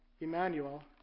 Emmanuel